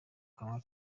kanwa